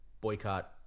boycott